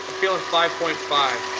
feeling five point five